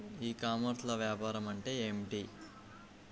ఈ కామర్స్లో వ్యాపారం అంటే ఏమిటి?